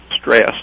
stress